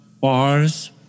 bars